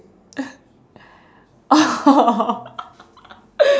oh